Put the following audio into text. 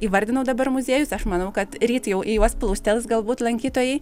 įvardinau dabar muziejus aš manau kad ryt jau į juos plūstels galbūt lankytojai